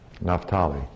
Naphtali